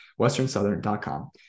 WesternSouthern.com